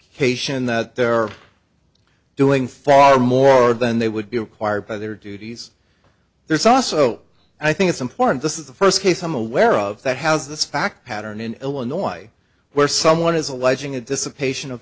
haitian that there are doing far more than they would be required by their duties there's also i think it's important this is the first case i'm aware of that has this fact pattern in illinois where someone is alleging a dissipating of